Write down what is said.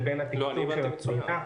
בין התקצוב של התמיכה.